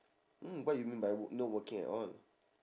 mm what you mean by w~ not working at all